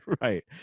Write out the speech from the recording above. right